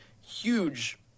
huge